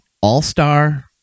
All-Star